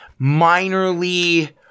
minorly